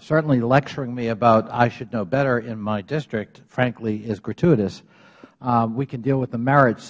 certainly lecturing me about i should know better in my district frankly is gratuitous we can deal with the merits